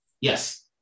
Yes